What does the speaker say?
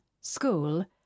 school